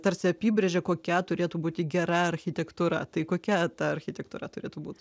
tarsi apibrėžė kokia turėtų būti gera architektūra tai kokia ta architektūra turėtų būt